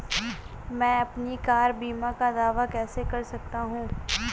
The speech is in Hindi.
मैं अपनी कार बीमा का दावा कैसे कर सकता हूं?